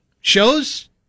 shows